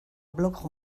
blog